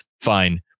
Fine